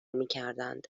میکردند